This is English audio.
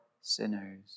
sinners